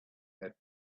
had